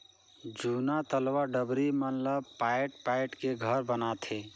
जूना तलवा डबरी मन ला पायट पायट के घर बनाथे